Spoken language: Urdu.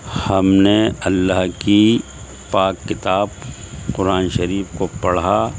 ہم نے اللہ کی پاک کتاب قرآن شریف کو پڑھا